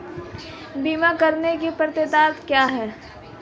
बीमा करने की पात्रता क्या है?